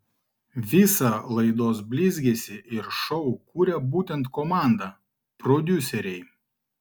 visą laidos blizgesį ir šou kuria būtent komanda prodiuseriai